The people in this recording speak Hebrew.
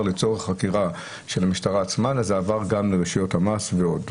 לצורך חקירה של המשטרה עצמה אלא זה עבר גם לרשויות המס ועוד.